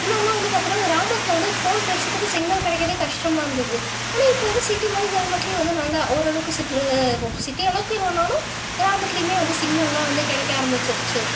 முன்னாடிலாம் வந்து பார்த்தோம்னா கிராமத்தில் வந்து ஒரு ஃபோன் பேசுகிறதுக்கு சிக்னல் கிடைக்கிறதே கஷ்டமாக இருந்தது ஆனால் இப்போ வந்து சிட்டி மாதிரி கிராமத்துலேயும் வந்து நல்லா ஓரளவுக்கு சிட்டி சிட்டி அளவுக்கு இல்லைனாலும் கிராமத்துலேயுமே வந்து சிக்னலெலாம் வந்து கிடைக்க ஆரம்பிச்சிடுச்சு